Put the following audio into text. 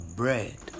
bread